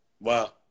Wow